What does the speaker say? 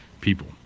people